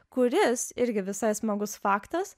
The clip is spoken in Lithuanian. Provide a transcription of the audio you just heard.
kuris irgi visai smagus faktas